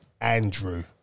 Andrew